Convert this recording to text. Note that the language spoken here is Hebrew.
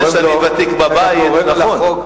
זה שאני ותיק בבית, זה נכון.